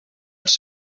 els